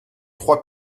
trois